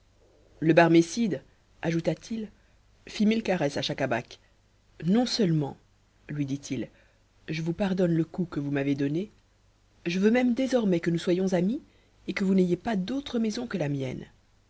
le barmécide ajouta-t-il fit mille caresses à schacabac non-seulement lui dit-il je vous pardonne le coup que vous m'avez donné je veux même désormais que nous soyons amis et que vous n'ayez pas d'autre maison que la mienne